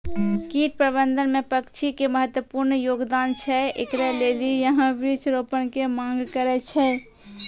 कीट प्रबंधन मे पक्षी के महत्वपूर्ण योगदान छैय, इकरे लेली यहाँ वृक्ष रोपण के मांग करेय छैय?